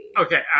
Okay